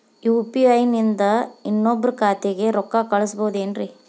UPI ನಿಂದ ಇನ್ನೊಬ್ರ ಖಾತೆಗೆ ರೊಕ್ಕ ಕಳ್ಸಬಹುದೇನ್ರಿ?